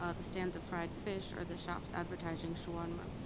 ah the stands of fried fish, or the shops advertising shawarma.